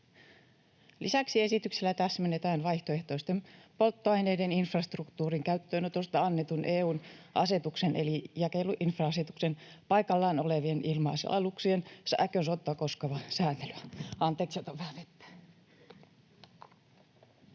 Lisäksi esityksellä täsmennetään vaihtoehtoisten polttoaineiden infrastruktuurin käyttöönotosta annetun EU:n asetuksen eli jakeluinfra-asetuksen paikallaan olevien ilma-aluksien